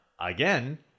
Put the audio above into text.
again